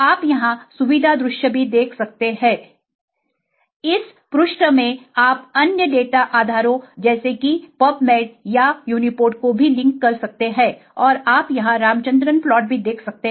आप यहां सुविधा दृश्य भी देख सकते हैं इस पृष्ठ में आप अन्य डाटा आधारों जैसे कि pubmed and uniprot को भी लिंक कर सकते हैं और आप यहां रामचंद्रन प्लॉट भी देख सकते हैं